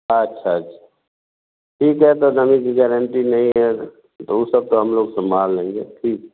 अच्छा अच्छा ठीक है तो नमी की गारन्टी नहीं है तो ऊ सब तो हम लोग संभाल लेंगे ठीक